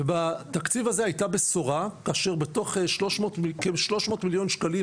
ובתקציב הזה היתה בשורה כאשר בתוך 300 מליון שקלים